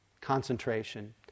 concentration